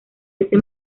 ese